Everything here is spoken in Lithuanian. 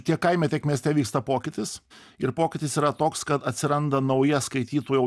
tiek kaime tiek mieste vyksta pokytis ir pokytis yra toks kad atsiranda nauja skaitytojų